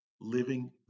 living